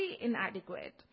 inadequate